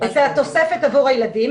את התוספת עבור הילדים,